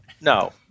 No